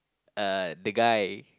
uh the guy